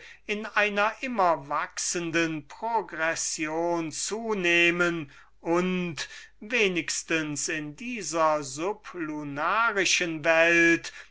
in einer immer wachsenden progression zunehmen und wenigstens in dieser sublunarischen welt